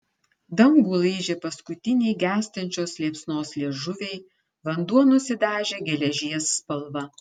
dangų laižė paskutiniai gęstančios liepsnos liežuviai vanduo nusidažė geležies spalva